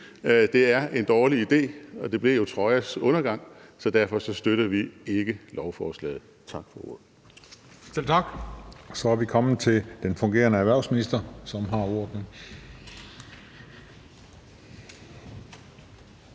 det er en dårlig idé, og det blev jo Trojas undergang, så derfor støtter vi ikke lovforslaget. Tak for ordet.